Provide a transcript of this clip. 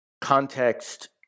context